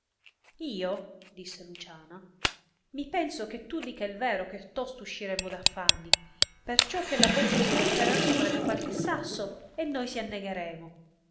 io disse luciana mi penso che tu dica il vero che tosto usciremo d affanni perciò che la botte si romperà sopra qualche sasso e noi si annegheremo